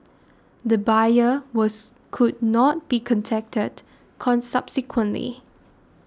the buyer was could not be contacted con subsequently